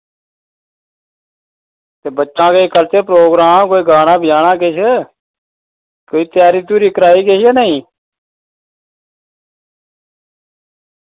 ते बच्चें दा किश कल्चरल प्रोग्राम कोई गाना बजाना किश कोई त्यारी त्यूरी कराई किश जां नेईं